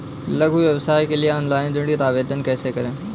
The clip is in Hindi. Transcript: लघु व्यवसाय के लिए ऑनलाइन ऋण आवेदन कैसे करें?